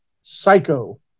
Psycho